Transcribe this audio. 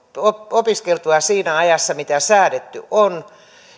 opiskeltua siinä ajassa mitä säädetty on